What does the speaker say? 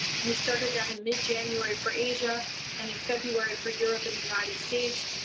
and we started that in mid-january for asia and in february for europe and the united states.